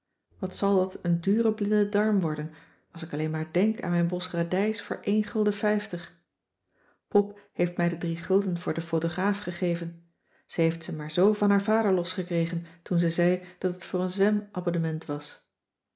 wat zal dat een dure blindedarm worden als ik alleen maar denk aan mijn bos radijs voor op heeft mij de drie gulden voor den photograaf gegeven ze heeft ze maar zoo van haar vader losgekregen toen ze zei dat het voor een zwemabonnement was